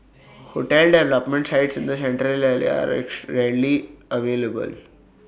hotel development sites in the Central Area are rarely available